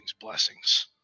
blessings